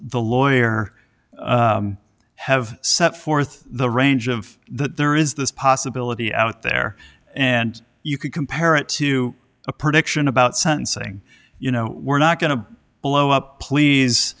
the lawyer have set forth the range of that there is this possibility out there and you can compare it to a prediction about sentencing you know we're not going to blow up please